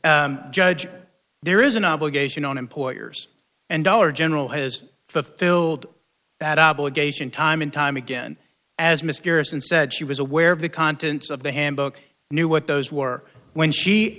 judge there is an obligation on employers and dollar general has fulfilled that obligation time and time again as mysterious and said she was aware of the contents of the handbook knew what those were when she